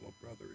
brother